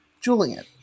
Julian